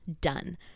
done